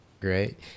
Great